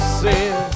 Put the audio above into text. sin